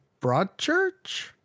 Broadchurch